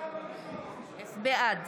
בעד